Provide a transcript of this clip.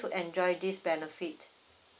enjoy this benefit